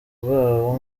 bwabo